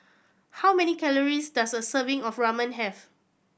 how many calories does a serving of Ramen have